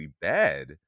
bad